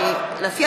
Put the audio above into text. נסגרה